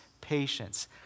patience